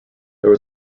there